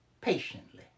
patiently